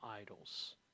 idols